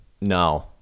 no